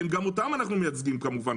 וגם אותם אנחנו מייצגים כמובן,